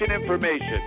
information